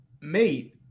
Mate